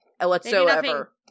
whatsoever